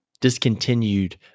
discontinued